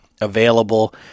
available